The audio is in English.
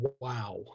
Wow